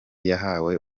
yahawe